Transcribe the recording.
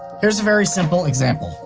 here's a very simple example.